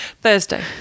Thursday